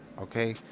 Okay